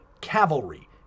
cavalry